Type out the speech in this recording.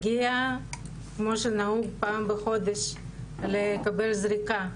הגיע כמו שנהוג פעם בחודש לקבל זריקה.